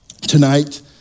tonight